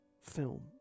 film